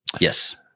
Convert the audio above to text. yes